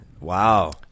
Wow